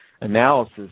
analysis